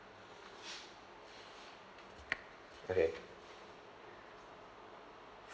okay